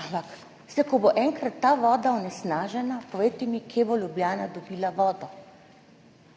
Ampak ko bo enkrat ta voda onesnažena, povejte mi, kje bo Ljubljana dobila vodo?